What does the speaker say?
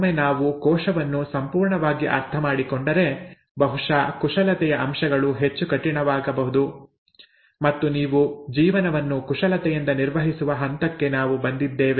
ಒಮ್ಮೆ ನಾವು ಕೋಶವನ್ನು ಸಂಪೂರ್ಣವಾಗಿ ಅರ್ಥಮಾಡಿಕೊಂಡರೆ ಬಹುಶಃ ಕುಶಲತೆಯ ಅಂಶಗಳು ಹೆಚ್ಚು ಕಠಿಣವಾಗಬಹುದು ಮತ್ತು ನೀವು ಜೀವನವನ್ನು ಕುಶಲತೆಯಿಂದ ನಿರ್ವಹಿಸುವ ಹಂತಕ್ಕೆ ನಾವು ಬಂದಿದ್ದೇವೆ